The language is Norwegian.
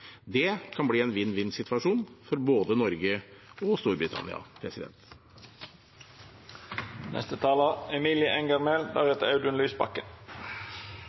Det kan bli en vinn-vinn-situasjon for både Norge og Storbritannia.